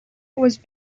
was